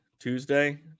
Tuesday